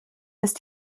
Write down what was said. ist